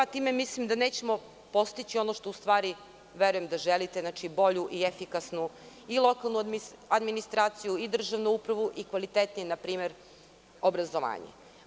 Time mislim da nećemo postići ono što, u stvari, verujem da želite, znači bolju i efikasnu i lokalnu administraciju i državnu upravu i kvalitetnije obrazovanje.